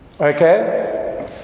Okay